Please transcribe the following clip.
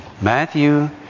Matthew